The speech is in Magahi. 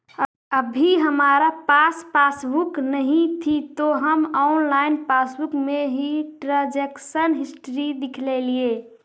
अभी हमारा पास पासबुक नहीं थी तो हम ऑनलाइन पासबुक में ही ट्रांजेक्शन हिस्ट्री देखलेलिये